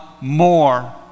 more